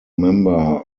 member